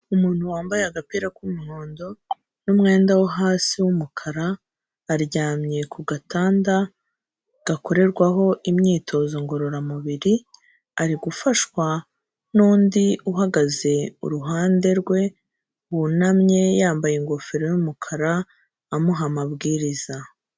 Umuntu wambaye agapira k'umuhondo n'umwenda wo hasi wumukara aryamye ku gatanda gakorerwaho imyitozo ngororamubiri, ari gufashwa nundi uhagaze iruhande rwe wunamye yambaye ingofero yumukara amuha amabwiriza.